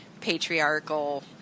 patriarchal